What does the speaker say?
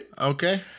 Okay